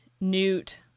Newt